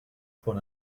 for